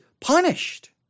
punished